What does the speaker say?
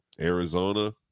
Arizona